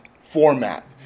format